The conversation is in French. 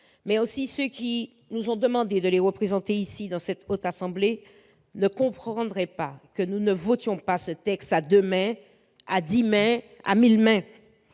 mais aussi ceux qui nous ont demandé de les représenter dans la Haute Assemblée ne comprendraient pas que nous ne votions pas ce texte à deux mains, à dix mains, à mille mains